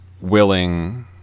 willing